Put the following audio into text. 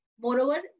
Moreover